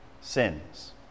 sins